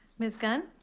ms. gunn.